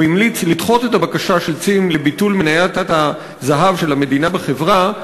הוא המליץ לדחות את הבקשה של "צים" לביטול מניית הזהב של המדינה בחברה.